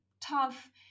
tough